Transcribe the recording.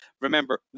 remember